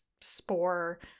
spore